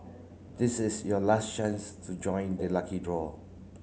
this is your last chance to join the lucky draw